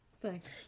Thanks